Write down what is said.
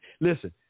listen